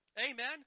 Amen